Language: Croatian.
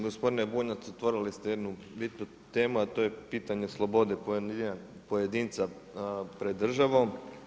Gospodine Bunjac, otvorili ste jednu bitnu temu, a to je pitanje slobode pojedinca pred državom.